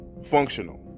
Functional